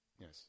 Yes